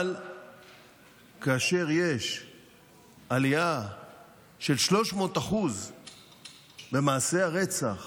אבל כאשר יש עלייה של 300% במעשי הרצח